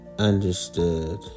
Understood